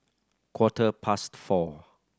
quarter past four